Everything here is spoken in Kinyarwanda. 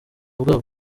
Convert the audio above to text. bwabo